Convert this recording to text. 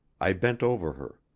i bent over her.